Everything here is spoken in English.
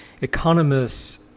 economists